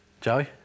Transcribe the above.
Joey